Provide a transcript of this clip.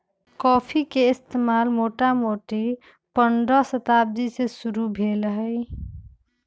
coffee के इतिहास मोटामोटी पंडह शताब्दी से शुरू भेल हइ